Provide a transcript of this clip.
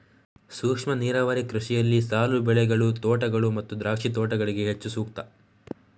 ಸೂಕ್ಷ್ಮ ನೀರಾವರಿ ಕೃಷಿಯಲ್ಲಿ ಸಾಲು ಬೆಳೆಗಳು, ತೋಟಗಳು ಮತ್ತು ದ್ರಾಕ್ಷಿ ತೋಟಗಳಿಗೆ ಹೆಚ್ಚು ಸೂಕ್ತ